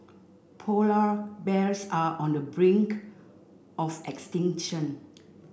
polar bears are on the brink of extinction